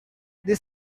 this